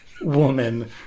woman